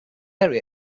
area